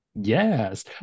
Yes